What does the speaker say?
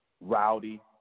Rowdy